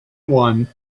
one